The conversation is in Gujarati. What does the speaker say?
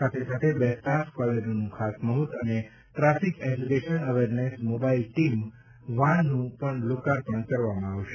સાથે સાથે બે સ્ટાફ કોલોનીનું ખાતમુહર્ત અને traffic education awareness mobile team વાનનું પણ લોકાર્પણ કરવામાં આવશે